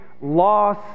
loss